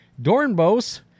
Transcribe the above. Dornbos